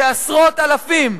זה עשרות אלפים.